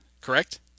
Correct